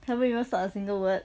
haven't even start a single word